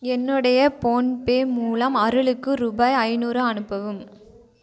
என்னுடைய போன்பே மூலம் அருளுக்கு ரூபாய் ஐந்நூறு அனுப்பவும்